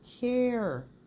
care